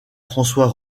françois